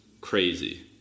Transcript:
crazy